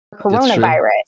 coronavirus